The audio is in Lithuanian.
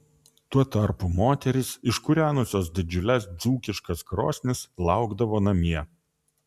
tuo tarpu moterys iškūrenusios didžiules dzūkiškas krosnis laukdavo namie